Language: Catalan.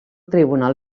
tribunal